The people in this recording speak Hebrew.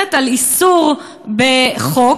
שמדברת על איסור בחוק,